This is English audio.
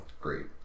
great